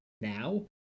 now